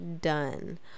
done